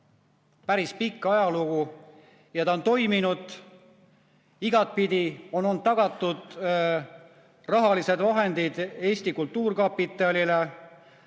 Päris pikk ajalugu. Ja ta on toiminud igatpidi, on olnud tagatud rahalised vahendid Eesti Kultuurkapitalile,